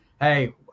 hey